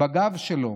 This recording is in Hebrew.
בגב שלו.